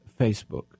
Facebook